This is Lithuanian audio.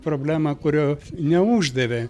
problemą kurio neuždavė